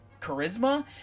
charisma